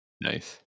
Nice